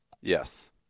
Yes